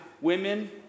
women